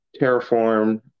terraform